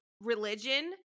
religion